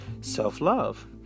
self-love